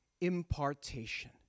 impartation